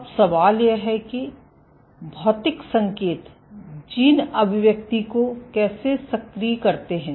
अब सवाल यह है कि भौतिक संकेत जीन अभिव्यक्ति को कैसे सक्रिय करते हैं